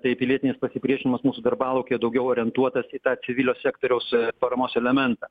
tai pilietinis pasipriešinimas mūsų darbalaukyje daugiau orientuotas į tą civilio sektoriaus paramos elementą